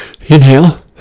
Inhale